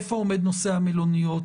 איפה עומד נושא המלוניות,